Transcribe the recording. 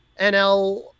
NL